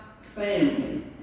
family